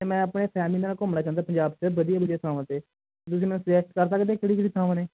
ਅਤੇ ਮੈਂ ਆਪਣੀ ਫੈਮਿਲੀ ਨਾਲ ਘੁੰਮਣਾ ਚਾਹੁੰਦਾ ਪੰਜਾਬ 'ਚ ਵਧੀਆ ਵਧੀਆ ਥਾਵਾਂ 'ਤੇ ਤੁਸੀਂ ਮੈਨੂੰ ਸੁਜੈਸਟ ਕਰ ਸਕਦੇ ਕਿਹੜੀ ਕਿਹੜੀ ਥਾਵਾਂ ਨੇ